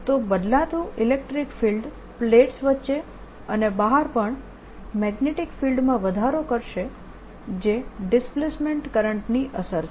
તો બદલાતું electric field plates વચ્ચે અને બહાર પણ મેગ્નેટીક ફિલ્ડમાં વધારો કરશે જે ડિસ્પ્લેસમેન્ટ કરંટની અસર છે